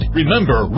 Remember